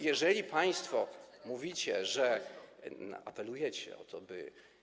Jeżeli państwo mówicie, apelujecie o to, by.